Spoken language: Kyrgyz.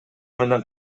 менен